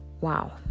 wow